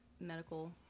medical